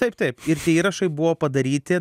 taip taip ir tie įrašai buvo padaryti